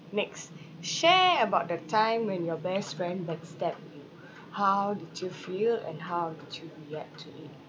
next share about the time when your best friend back stab you how did you feel and how did you react to it